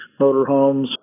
motorhomes